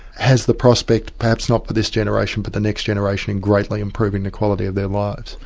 has the prospect perhaps not for this generation, but the next generation in greatly improving the quality of their lives.